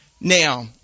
Now